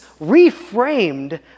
reframed